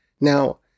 Now